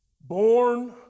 Born